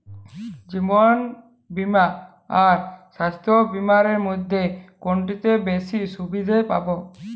জীবন বীমা আর স্বাস্থ্য বীমার মধ্যে কোনটিতে বেশী সুবিধে পাব?